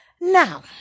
Now